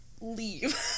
leave